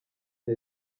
cya